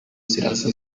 ziraza